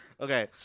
Okay